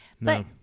No